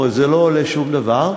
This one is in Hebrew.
הרי זה לא עולה שום דבר.